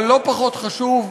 אבל לא פחות חשוב,